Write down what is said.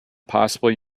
possibly